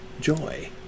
joy